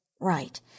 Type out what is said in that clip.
Right